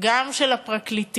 וגם של הפרקליטים